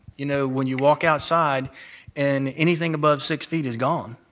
you know, when you walk outside and anything above six feet is gone,